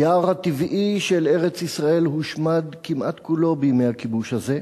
היער הטבעי של ארץ-ישראל הושמד כמעט כולו בימי הכיבוש הזה.